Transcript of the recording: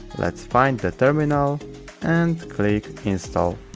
let's find the terminal and click install